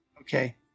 Okay